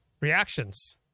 reactions